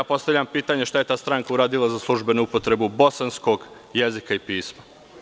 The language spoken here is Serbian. Postavljam pitanje – šta je ta stranka uradila za službenu upotrebu bosanskog jezika i pisma?